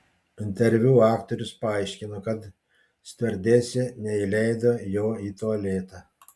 interviu aktorius paaiškino kad stiuardesė neįleido jo į tualetą